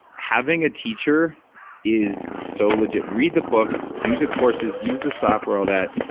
having a teacher is so legit. read the books, do the courses, use the software, all that.